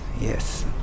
Yes